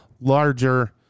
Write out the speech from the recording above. larger